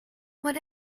what